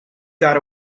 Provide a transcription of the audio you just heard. got